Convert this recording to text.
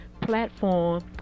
platform